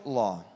law